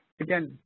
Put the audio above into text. Again